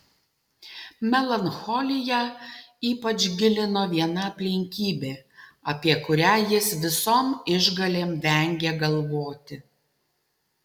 melancholiją ypač gilino viena aplinkybė apie kurią jis visom išgalėm vengė galvoti